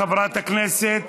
חברת הכנסת